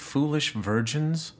foolish virgins